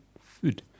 food